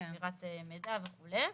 שמירת מידע וכדומה.